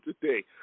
today